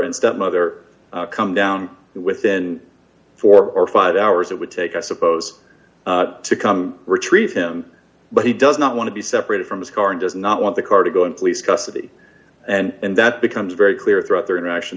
and stepmother come down within four or five hours that would take i suppose to come retrieve him but he does not want to be separated from his car and does not want the car to go in police custody and that becomes very clear throughout their interaction